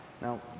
Now